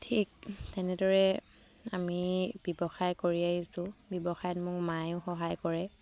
ঠিক তেনেদৰে আমি ব্যৱসায় কৰিয়েই আহিছোঁ ব্যৱসায়ত মোক মায়ে সহায় কৰে